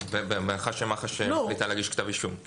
בהנחה שמח"ש מחליטה להגיש כתב אישום.